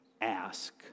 ask